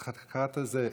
איך קראת לזה?